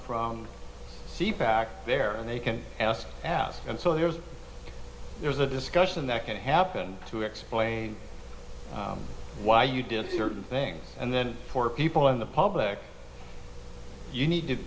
from the fact there and they can ask ask and so there's there's a discussion that can happen to explain why you did certain things and then for people in the public you need to